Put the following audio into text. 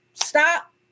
Stop